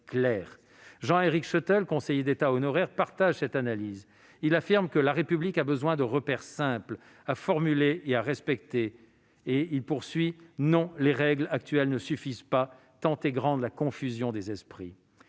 Jean-Éric Schoettl, conseiller d'État honoraire, partage cette analyse. Il affirme que « la République a besoin de repères simples à formuler et à respecter ». Il poursuit :« Non, les règles actuelles ne suffisent pas, tant est grande la confusion des esprits.